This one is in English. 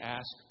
ask